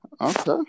Okay